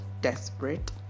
desperate